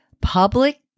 public